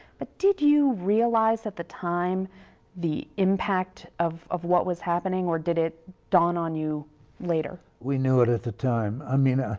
but did you realize at the time the impact of of what was happening or did it dawn on you later? we knew it at the time. i mean, ah